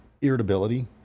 irritability